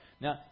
Now